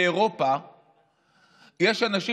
יש אנשים